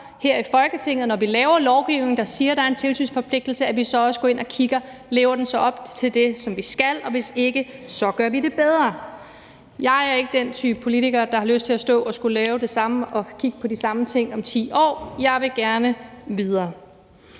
for, at når vi laver lovgivning, der siger, at der er en tilsynsforpligtelse, så går vi også ind og kigger på, om den lever op til det, som den skal, og hvis ikke den gør det, gør vi det bedre. Jeg er ikke den type politiker, der har lyst til at stå og skulle lave det samme og kigge på de samme ting om 10 år. Jeg vil gerne videre.